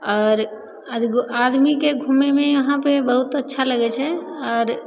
आओर आदमीके घुमयमे इहाँपर बहुत अच्छा लगय छै आओर